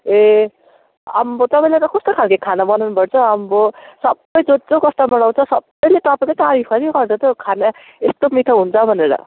ए आम्माहो तपाईँले त कस्तो खालको खाना बनाउनु भएछ आम्माहो सबै जो जो कस्टमर आउँछ सबैले तपाईँको तारिफ खालि गर्छ त हौ खाना यस्तो मिठो हुन्छ भनेर